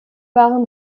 waren